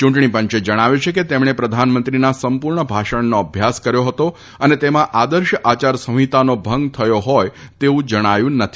ચૂંટણી પંચે જણાવ્યું છે કે તેમણે પ્રધાનમંત્રીના સંપૂર્ણ ભાષણનો અભ્યાસ કર્યો હતો અને તેમાં આદર્શ આચાર સંહિતાનો ભંગ થયો હોય તેવું જણાયું નથી